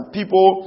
people